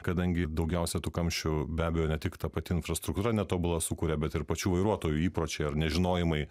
kadangi daugiausia tų kamščių be abejo ne tik ta pati infrastruktūra netobula sukuria bet ir pačių vairuotojų įpročiai ar nežinojimai